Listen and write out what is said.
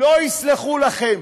לא יסלחו לכם.